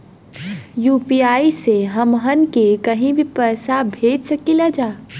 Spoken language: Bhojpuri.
यू.पी.आई से हमहन के कहीं भी पैसा भेज सकीला जा?